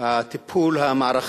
את הטיפול המערכתי,